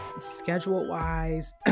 Schedule-wise